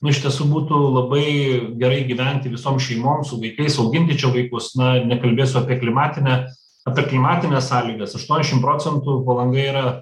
nu iš tiesų būtų labai gerai gyventi visom šeimom su vaikais auginti čia vaikus na nekalbėsiu apie klimatinę apie klimatines sąlygas aštuoniasdešim procentų palanga yra